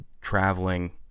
traveling